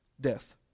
death